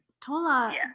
Tola